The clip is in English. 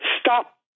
Stop